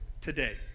today